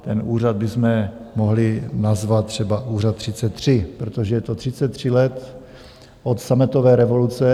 Ten úřad bychom mohli nazvat třeba úřad 33, protože je to 33 let od sametové revoluce.